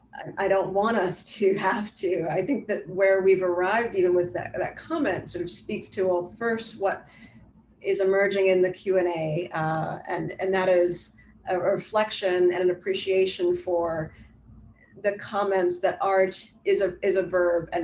i don't want us to have to, i think that where we've arrived, even with that that comment sort of speaks to all ah first, what is emerging in the q and a and and that is a reflection and an appreciation for the comments that arch is ah is a verb and